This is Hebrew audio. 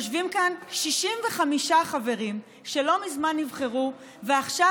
יושבים כאן 65 חברים שלא מזמן נבחרו ועכשיו